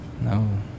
No